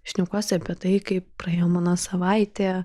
šnekuosi apie tai kaip praėjo mano savaitė